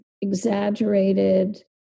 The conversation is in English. exaggerated